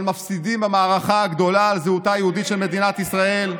אבל מפסידים במערכה הגדולה על זהותה היהודית של מדינת ישראל.